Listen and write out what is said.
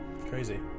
Crazy